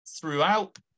throughout